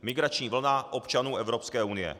Migrační vlna občanů Evropské unie.